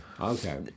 Okay